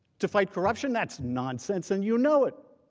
to fight corruption? that's not sense. and you know it.